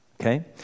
Okay